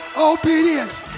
Obedience